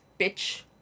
Bitch